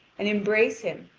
and embrace him,